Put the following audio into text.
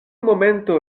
momento